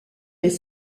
les